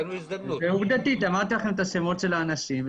זה עובדתית, אמרתי לכם את השמות של האנשים.